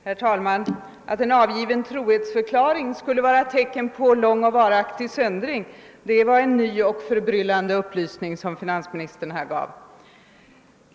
Herr talman! Att en avgiven trohetsförklaring skulle vara ett tecken på lång och varaktig söndring var en ny och förbryllande upplysning som finansministern gav.